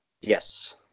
Yes